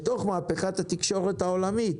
בתוך מהפכת התקשורת העולמית